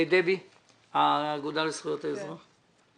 האגודה לזכויות האזרח.